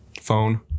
phone